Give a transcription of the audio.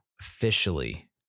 officially